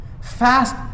Fast